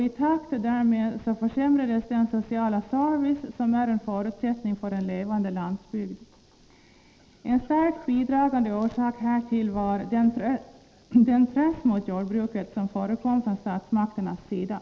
I takt därmed försämrades den sociala service som är en förutsättning för en levande landsbygd. En starkt bidragande orsak härtill var den press mot jordbruket som förekom från statsmakternas sida.